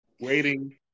Waiting